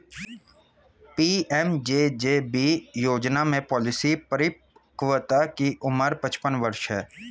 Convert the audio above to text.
PMJJB योजना में policy परिपक्वता की उम्र पचपन वर्ष है